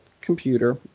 computer